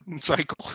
cycle